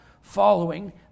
following